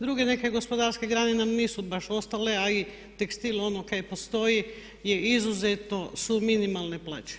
Druge neke gospodarske grane nam nisu baš ostale a i tekstil ono što postoji je izuzetno su minimalne plaće.